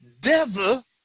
devil